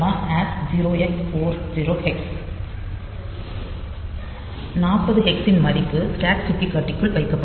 40 ஹெக்ஸின் மதிப்பு ஸ்டாக் சுட்டிக்காட்டிக்குள் வைக்கப்படும்